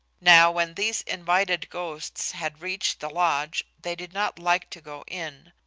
now when these invited ghosts had reached the lodge they did not like to go in.